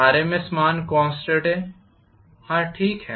RMS मान constant है हां ठीक हैं